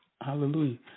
Hallelujah